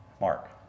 Mark